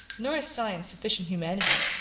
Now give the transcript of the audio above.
nor has science sufficient humanity,